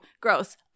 gross